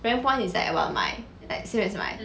rank point is like about mine like same as mine